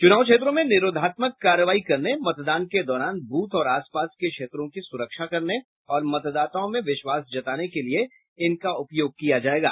चुनाव क्षेत्रों में निरोधात्मक कार्रवाई करने मतदान के दौरान बूथ और आस पास की क्षेत्रों की सुरक्षा करने और मतदाताओं में विश्वास जताने के लिए इनका उपयोग किया जायेगा